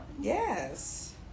Yes